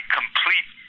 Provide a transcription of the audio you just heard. complete